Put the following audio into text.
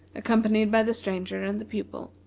accompanied by the stranger and the pupil.